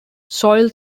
soil